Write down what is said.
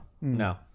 No